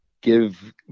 give